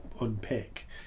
unpick